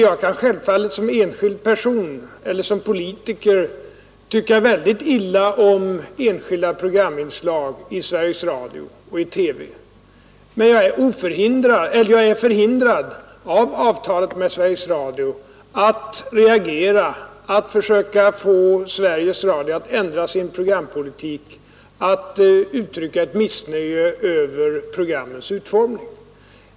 Jag kan självfallet som enskild person eller som politiker tycka väldigt illa om programinslag i radio och TV, men jag är på grund av avtalet med Sveriges Radio förhindrad att reagera, att försöka få Sveriges Radio att ändra sin programpolitik, att uttrycka ett missnöje över programmens utformning.